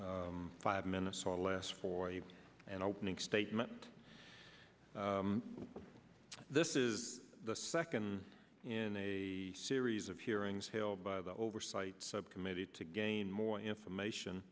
for five minutes or less for you and opening statement this is the second in a series of hearings held by the oversight subcommittee to gain more information